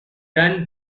done